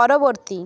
পরবর্তী